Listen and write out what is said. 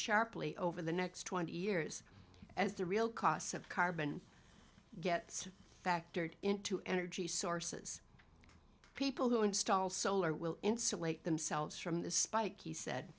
sharply over the next twenty years as the real costs of carbon gets factored into energy sources people who install solar will insulate themselves from the spike he said